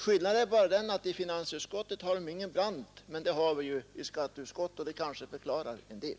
Skillnaden är bara den att i finansutskottet har de ingen Brandt, men det har vi i skatteutskottet, och det kanske förklarar en del.